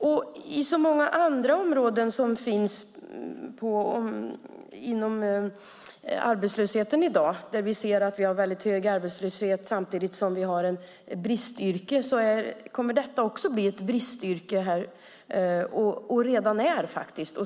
Vi ser att vi har en väldigt hög arbetslöshet samtidigt som vi har bristyrken. Detta kommer också att bli bristyrken och är redan det.